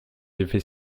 effets